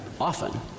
often